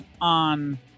on